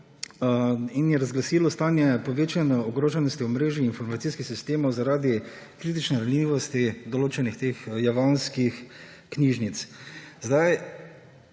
Razglasila je stanje povečane ogroženosti omrežij in informacijskih sistemov zaradi kritične ranljivosti določenih javanskih knjižnic. To